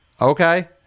okay